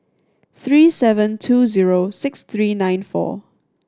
three seven two zero six three nine four